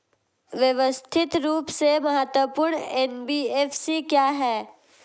व्यवस्थित रूप से महत्वपूर्ण एन.बी.एफ.सी क्या हैं?